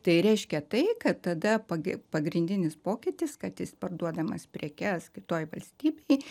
tai reiškia tai kad tada pagi pagrindinis pokytis kad jis parduodamas prekes kitoj valstybėj